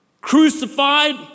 crucified